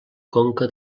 conca